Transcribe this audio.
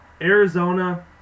Arizona